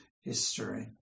history